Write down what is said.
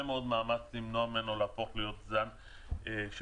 מאמץ למנוע ממנו להפוך להיות זן שמתפשט.